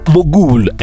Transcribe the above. Mogul